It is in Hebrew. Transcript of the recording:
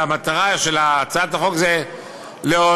והמטרה של הצעת החוק היא "לעודד